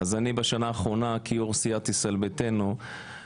בשנה האחרונה כיו"ר סיעת ישראל ביתנו,